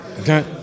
Okay